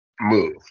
move